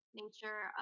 nature